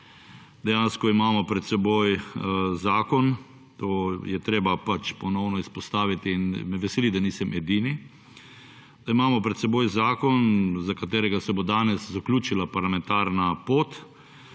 Dejansko imamo pred seboj zakon, je treba pač ponovno izpostaviti in me veseli, da nisem edini, da imamo pred seboj zakon za katerega se bo danes zaključila parlamentarna pot,